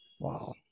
Wow